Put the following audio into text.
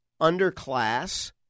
underclass